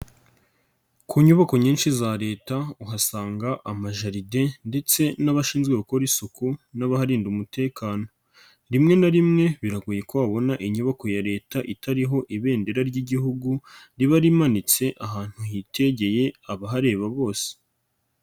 Ku nyubako nyinshi za Leta uhasanga amajarde ndetse n'abashinzwe gukora isuku n'abaharinda umutekano, rimwe na rimwe biragoye ko wabona inyubako ya Leta itariho ibendera ry'Igihugu, riba rimanitse ahantu hitegeye abahareba bose.